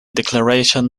declaration